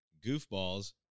goofballs